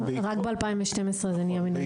רק ב-2012 זה נהיה מינהלי.